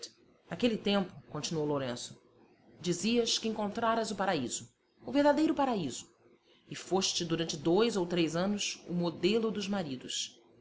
naquele tempo continuou lourenço dizias que encontraras o paraíso o verdadeiro paraíso e foste durante dois ou três anos o modelo dos maridos